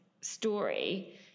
story